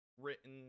written